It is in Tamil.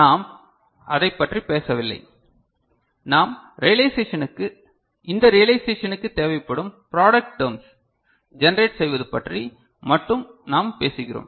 நாம் அதைப் பற்றி பேசவில்லை இந்த ரியலைசேஷனுக்கு தேவையான ப்ராடெக்ட் டெர்ம்ஸ் ஜனரேட் செய்வது பற்றி மட்டும் நாம் பேசுகிறோம்